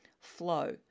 flow